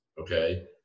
okay